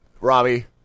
Robbie